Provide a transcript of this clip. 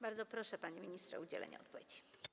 Bardzo proszę, panie ministrze, o udzielenie odpowiedzi.